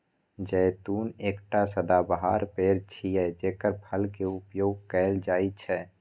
जैतून एकटा सदाबहार पेड़ छियै, जेकर फल के उपयोग कैल जाइ छै